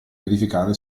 verificare